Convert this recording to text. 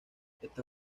está